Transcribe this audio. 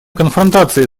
конфронтации